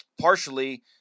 partially